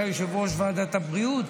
אתה יושב-ראש ועדת הבריאות,